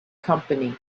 company